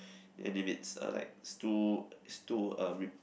and if it's uh like it's too it's too uh rep~